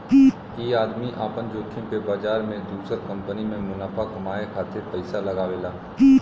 ई आदमी आपन जोखिम पे बाजार मे दुसर कंपनी मे मुनाफा कमाए खातिर पइसा लगावेला